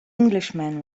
englishman